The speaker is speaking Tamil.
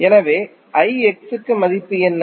எனவே க்கு மதிப்பு என்ன